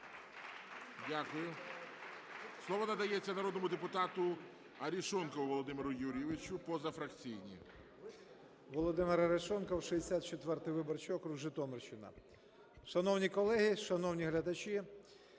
Дякую. Слово надається народному депутату Арешонкову Володимиру Юрійовичу, позафракційний. 14:06:37 АРЕШОНКОВ В.Ю. Володимир Арешонков, 64 виборчий округ, Житомирщина. Шановні колеги, шановні глядачі!